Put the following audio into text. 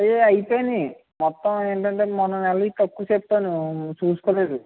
అయ్యే అయిపోయినవి మొత్తం ఏంటంటే మొన్న నెలవి తక్కువ చెప్పాను చూసుకోలేదు